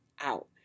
out